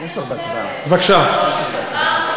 אני חושבת, בסופו של דבר,